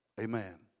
amen